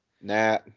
Nat